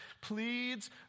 pleads